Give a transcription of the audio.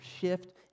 shift